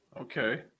Okay